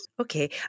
Okay